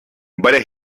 der